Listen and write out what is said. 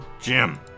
jim